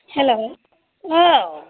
hello औ